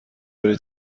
برای